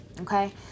Okay